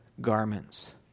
garments